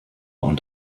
und